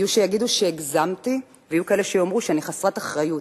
יהיו שיגידו שהגזמתי ויהיו כאלה שיאמרו שאני חסרת אחריות,